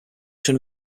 schon